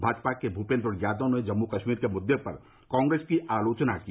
भाजपा के भूपेन्द्र यादव ने जम्मू कश्मीर के मुद्दे पर कांग्रेस की आलोचना की